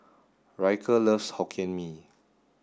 Ryker loves Hokkien Mee